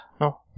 no